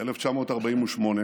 ב-1948,